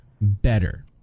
better